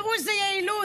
תראו איזו יעילות,